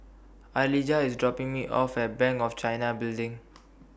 Alijah IS dropping Me off At Bank of China Building